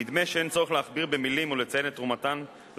נדמה שאין צורך להכביר מלים ולציין את תרומתן של